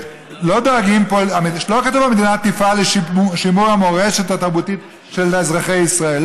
לא כתוב "המדינה תפעל לשימור המורשת התרבותית של אזרחי ישראל".